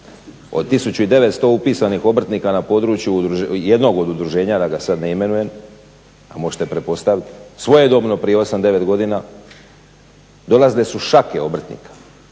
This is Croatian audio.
Od 1900 upisanih obrtnika na području jednom od udruženja da ga sad ne imenujem, a možete pretpostaviti, svojedobno prije 8, 9 godina dolazile su šake obrtnika,